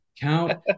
count